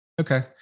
Okay